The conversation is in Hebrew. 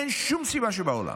אין שום סיבה שבעולם.